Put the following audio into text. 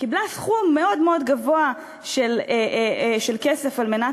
קיבלה סכום מאוד מאוד גבוה של כסף על מנת